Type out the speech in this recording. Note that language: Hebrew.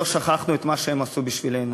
לא שכחנו את מה שהם עשו בשבילנו.